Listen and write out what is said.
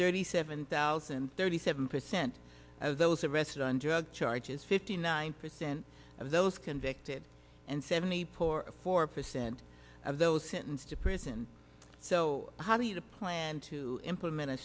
thirty seven thousand thirty seven percent of those arrested on drug charges fifty nine percent of those convicted and seventy four percent of those sentenced to prison so how do you plan to implement a